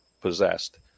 possessed